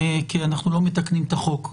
כי אנחנו לא מתקנים את החוק.